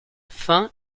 fin